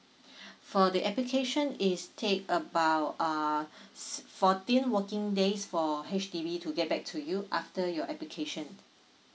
for the application is take about uh s~ fourteen working days for H_D_B to get back to you after your application